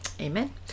Amen